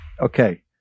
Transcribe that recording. Okay